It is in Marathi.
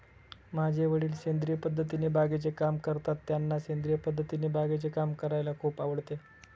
माझे वडील सेंद्रिय पद्धतीने बागेचे काम करतात, त्यांना सेंद्रिय पद्धतीने बागेचे काम करायला खूप आवडते